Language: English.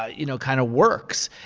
ah you know, kind of works.